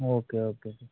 okay okay